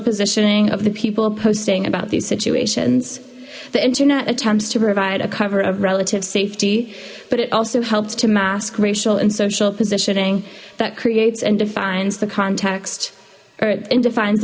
positioning of the people posting about these situations the internet attempts to provide a cover of relative safety but it also helped to mask racial and social positioning that creates and defines the context or in define